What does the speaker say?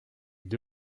par